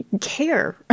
care